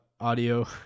audio